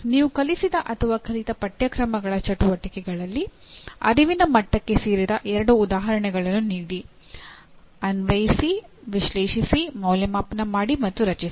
ನೀವು ಕಲಿಸಿದ ಅಥವಾ ಕಲಿತ ಪಠ್ಯಕ್ರಮಗಳ ಚಟುವಟಿಕೆಗಳಲ್ಲಿ ಅರಿವಿನ ಮಟ್ಟಕ್ಕೆ ಸೇರಿದ ಎರಡು ಉದಾಹರಣೆಗಳನ್ನು ನೀಡಿ ಅನ್ವಯಿಸಿ ವಿಶ್ಲೇಷಿಸಿ ಮೌಲ್ಯಮಾಪನ ಮಾಡಿ ಮತ್ತು ರಚಿಸಿ